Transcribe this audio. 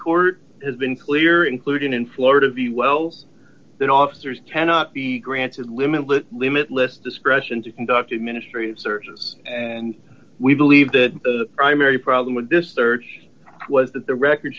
court has been clear including in florida v well that officers cannot be granted limited limitless discretion to conduct administrative searches and we believe the primary problem with this search was that the record